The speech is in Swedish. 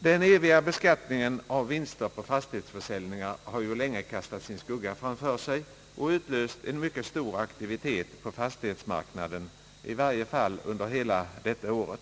Den eviga beskattningen av vinster på fastighetsförsäljningar har ju länge kastat sin skugga framför sig och utlöst en mycket stor aktivitet på fastighetsmarknaden, i varje fall under hela detta år.